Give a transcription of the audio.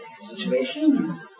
situation